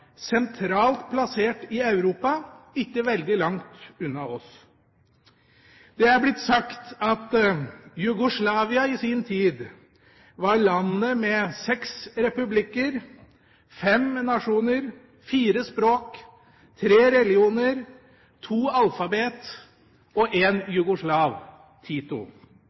sentralt plassert i Europa, ikke veldig langt unna oss. Det er blitt sagt at Jugoslavia i sin tid var landet med seks republikker, fem nasjoner, fire språk, tre religioner, to alfabeter og en jugoslav: Tito.